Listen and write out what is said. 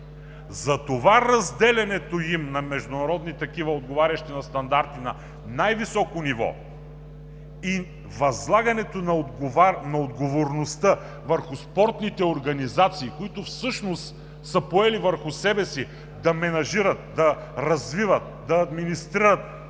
Затова разделянето им на международни такива, отговарящи на стандарти на най-високо ниво, и възлагането на отговорността върху спортните организации, които всъщност са поели върху себе си да менажират, да развиват, да администрират